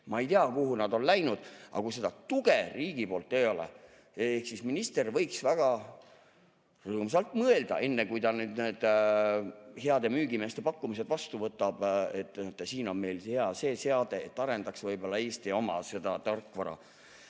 Ma ei tea, kuhu nad on läinud, aga kui seda tuge riigi poolt ei ole, ehk siis minister võiks väga rõõmsalt mõelda, enne kui ta nende heade müügimeeste pakkumised vastu võtab, et siin on meil see hea seade, et arendaks seda Eesti oma tarkvara.